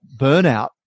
burnout